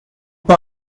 pas